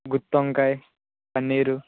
గుత్తొంకాయ paneer